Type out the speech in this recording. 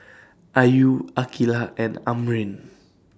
Ayu Aqilah and Amrin